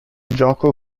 gioco